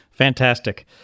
Fantastic